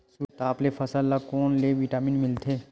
सूरज के ताप ले फसल ल कोन ले विटामिन मिल थे?